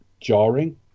jarring